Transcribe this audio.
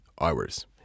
hours